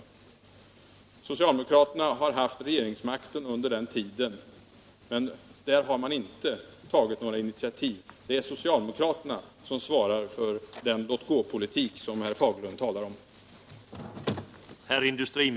Socialdemokraterna har haft regeringsmakten under den tiden men inte tagit några initiativ. Det är socialdemokraterna som svarar för den låtgåpolitik som herr Fagerlund talar om.